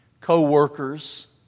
co-workers